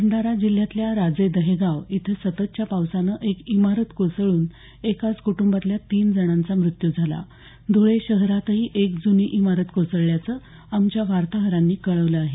भंडारा जिल्ह्यातल्या राजे दहेगाव इथे सततच्या पावसानं एक इमारत कोसळून एकाच कुटुंबातल्या तीन जणांचा मृत्यू झाला धुळे शहरातही एक जुनी इमारत कोसळल्याचं आमच्या वार्ताहरांनी कळवलं आहे